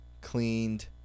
cleaned